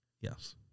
Yes